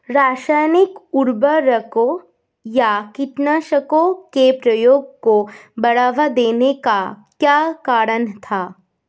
रासायनिक उर्वरकों व कीटनाशकों के प्रयोग को बढ़ावा देने का क्या कारण था?